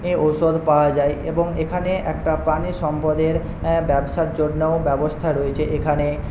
ঔষধ পাওয়া যায় এবং এখানে একটা প্রাণীসম্পদের ব্যবসার জন্যও ব্যবস্থা রয়েছে এখানে